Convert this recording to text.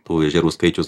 tų ežerų skaičius